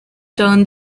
turns